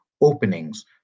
openings